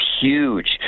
huge